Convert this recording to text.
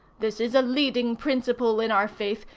this is a leading principle in our faith,